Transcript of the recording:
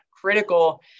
critical